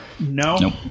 No